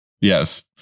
Yes